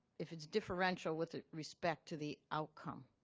if it's differential with respect to the outcome.